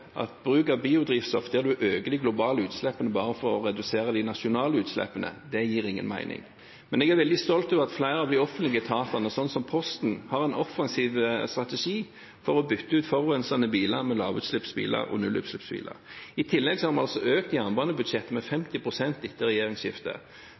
at bruk av biodrivstoff der man øker de globale utslippene bare for å redusere de nasjonale utslippene, gir ingen mening. Men jeg er veldig stolt over at flere av de offentlige etatene, som Posten, har en offensiv strategi for å bytte ut forurensende biler med lavutslippsbiler og nullutslippsbiler. I tillegg har vi økt jernbanebudsjettene med